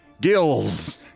Gills